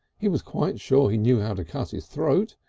he was quite sure he knew how to cut his throat,